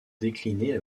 décliné